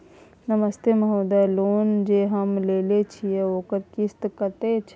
नमस्ते महोदय, लोन जे हम लेने छिये ओकर किस्त कत्ते छै?